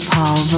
Paul